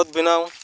ᱠᱷᱚᱛ ᱵᱮᱱᱟᱣ